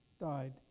died